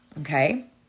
okay